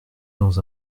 dans